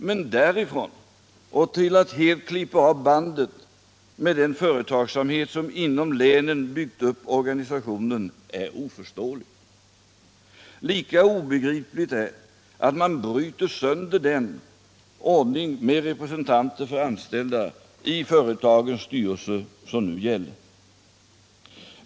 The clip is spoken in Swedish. Men steget därifrån och till att helt klippa av banden med den företagsamhet som De mindre och inom länen byggt upp organisationen är oförståeligt. Lika obegripligt är medelstora det att man bryter sönder den ordning med representanter för anställda = företagens utvecki företagens styrelser som nu gäller.